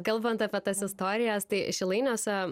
kalbant apie tas istorijas tai šilainiuose